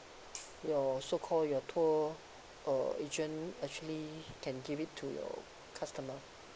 your so call your tour uh agent actually can give it to your customer